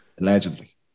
allegedly